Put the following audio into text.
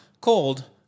called